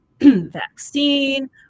vaccine